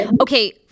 okay